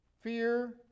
fear